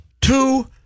Two